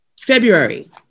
February